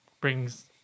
brings